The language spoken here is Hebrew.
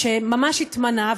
ממש כשהתמנה,